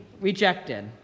rejected